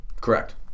Correct